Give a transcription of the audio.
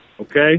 Okay